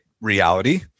reality